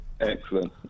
Excellent